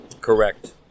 Correct